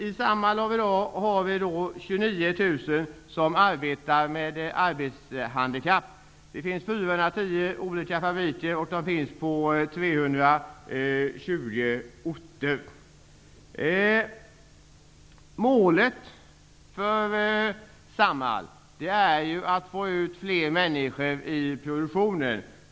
I Samhall av i dag arbetar 29 000 personer med arbetshandikapp. Det finns 410 olika fabriker, och de finns på 320 orter. Målet för Samhall är att få ut fler människor i produktionen.